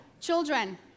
children